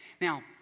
Now